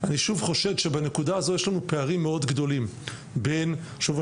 אני שוב חושד שבנקודה הזו יש לנו פערים גדולים מאוד בין שוב,